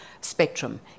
Spectrum